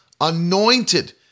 anointed